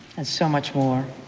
and so much more.